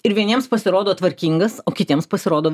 ir vieniems pasirodo tvarkingas o kitiems pasirodo